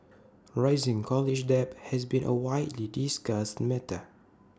rising college debt has been A widely discussed matter